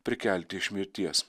prikelti iš mirties